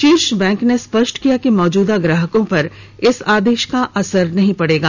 शीर्ष बैंक ने स्पष्ट किया कि मौजूदा ग्राहकों पर इस आदेश का असर नहीं पड़ेगा